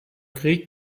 krieg